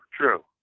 true